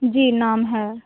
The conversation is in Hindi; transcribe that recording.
जी नाम है